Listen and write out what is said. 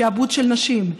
שעבוד של נשים,